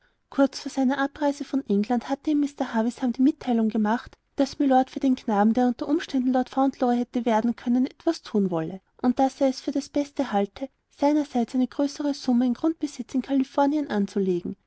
kurz vor seiner abreise von england hatte ihm mr havisham die mitteilung gemacht daß mylord für den knaben der unter umständen lord fauntleroy hätte werden können etwas thun wolle und daß er es für das beste halte seinerseits eine größere summe in grundbesitz in kalifornien anzulegen